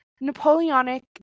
Napoleonic